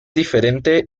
diferente